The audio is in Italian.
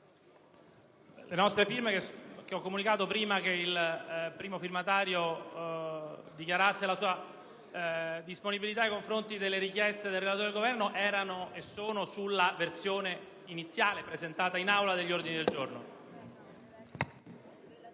le nostre firme, che ho comunicato prima che il primo firmatario dichiarasse la sua disponibilità ad accogliere le richieste del relatore e del Governo, erano e sono sulla versione iniziale degli ordini del giorno.